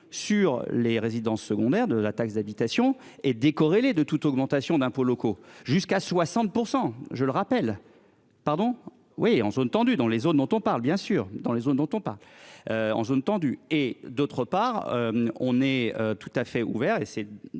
sur les résidences secondaires de la taxe d'habitation est décorrélé de toute augmentation d'impôts locaux jusqu'à 60% je le rappelle, pardon, oui en zone tendue dans les zones dont on parle bien sûr dans les zones dont on pas. En zone tendue et d'autre part, on est tout à fait ouvert et c'est